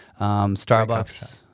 starbucks